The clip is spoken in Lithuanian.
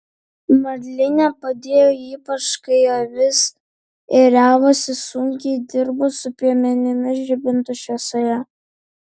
marlinė padėjo ypač kai avis ėriavosi sunkiai dirbo su piemenimis žibintų šviesoje